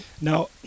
Now